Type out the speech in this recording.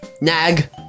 Nag